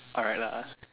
alright lah